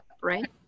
right